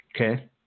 Okay